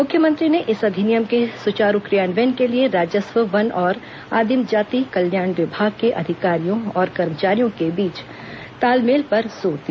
मुख्यमंत्री ने इस अधिनियम के सुचारू क्रियान्वयन के लिए राजस्व वन और आदिम जाति कल्याण विभाग के अधिकारियों और कर्मचारियों के बीच तालमेल पर जोर दिया